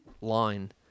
line